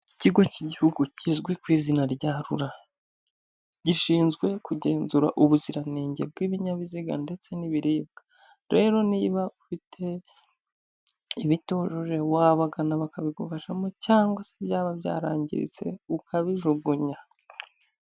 Ikigo cy'igihugu kizwi ku izina rya RURA, gishinzwe kugenzura ubuziranenge bw'ibinyabiziga ndetse n'ibiribwa, rero niba ufite ibitujuje wabagana bakabigufashamo cyangwa se byaba byarangiritse ukabijugunya.